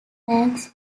ranks